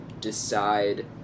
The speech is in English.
decide